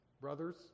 Brothers